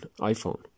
iPhone